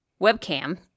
webcam